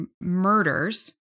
murders